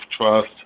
trust